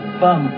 bum